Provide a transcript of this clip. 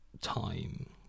time